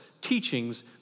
teachings